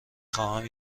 خواهم